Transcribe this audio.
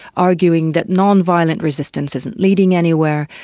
arguing that non-violent resistance isn't leading anywhere,